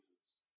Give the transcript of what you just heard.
Jesus